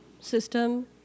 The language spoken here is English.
system